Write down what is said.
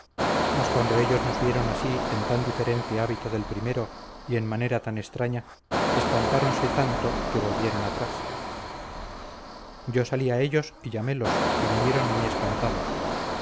mas cuando ellos nos vieron así en tan diferente hábito del primero y en manera tan extraña espantáronse tanto que se volvieron atrás yo salí a ellos y llamélos y vinieron muy espantados